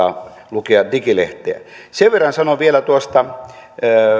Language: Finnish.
lukea digilehteä sen verran sanon vielä noista